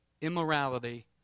immorality